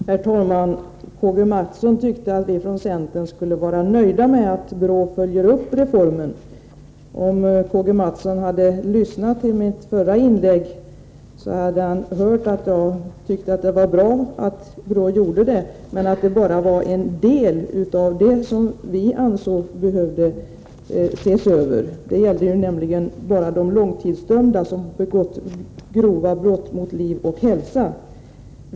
Herr talman! K.-G. Mathsson tyckte att vi från centern skulle vara nöjda med att BRÅ följer upp reformen. Om K.-G. Mathsson hade lyssnat till mitt förra inlägg, skulle han ha hört att jag tycker att det är bra att BRÅ gör detta, men att det bara avser en del av det som vi menar borde ses över. Det är nämligen bara fråga om frigivningar avseende långtidsdömda som begått grova brott mot liv och hälsa.